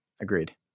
Agreed